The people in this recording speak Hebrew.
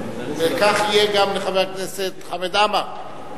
כך יהיה גם לחבר הכנסת חמד עמאר,